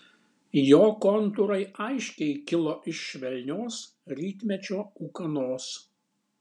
jo kontūrai aiškiai kilo iš švelnios rytmečio ūkanos